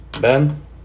Ben